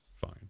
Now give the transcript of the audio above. fine